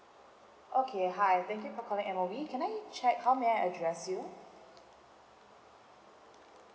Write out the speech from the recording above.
okay hi thank you for calling M_O_E can I check how may I address you